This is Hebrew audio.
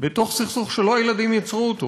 בתוך סכסוך שלא הילדים יצרו אותו